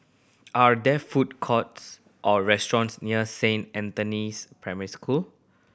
are there food courts or restaurants near Saint Anthony's Primary School